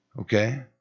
Okay